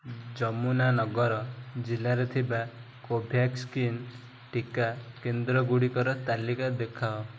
ଯମୁନାନଗର ଜିଲ୍ଲାରେ ଥିବା କୋଭ୍ୟାକ୍ସିନ୍ ଟିକା କେନ୍ଦ୍ରଗୁଡ଼ିକର ତାଲିକା ଦେଖାଅ